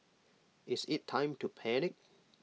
is IT time to panic